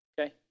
okay